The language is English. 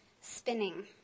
spinning